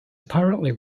apparently